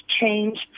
change